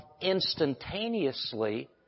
instantaneously